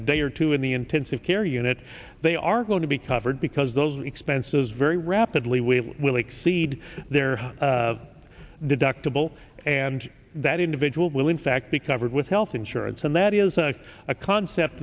day or two in the intensive care unit they are going to be covered because those expenses very rapidly will will exceed their deductible and that individual will in fact be covered with health insurance and that is a concept